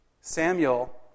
Samuel